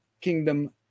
kingdom